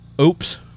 Oops